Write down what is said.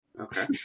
Okay